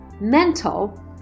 mental